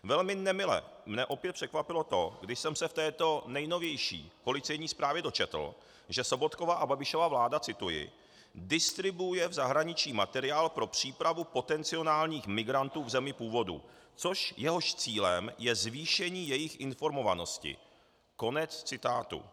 Velmi nemile mě opět překvapilo to, když jsem se v této nejnovější policejní zprávě dočetl, že Sobotkova a Babišova vláda cituji distribuuje v zahraničí materiál pro přípravu potenciálních migrantů v zemi původu, jehož cílem je zvýšení jejich informovanosti konec citátu.